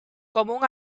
común